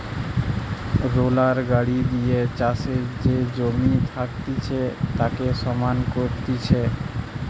roller গাড়ি দিয়ে চাষের যে জমি থাকতিছে তাকে সমান করতিছে